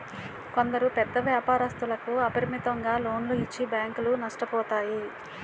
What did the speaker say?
కొందరు పెద్ద వ్యాపారస్తులకు అపరిమితంగా లోన్లు ఇచ్చి బ్యాంకులు నష్టపోతాయి